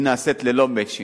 היא נעשית ללא "מצ'ינג".